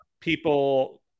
people